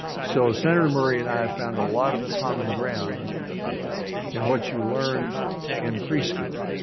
so, senator murray and i have found a lot of common ground in what you learn in preschool,